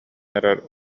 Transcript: эрэр